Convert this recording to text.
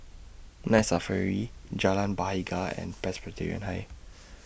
Night Safari Jalan Bahagia and Presbyterian High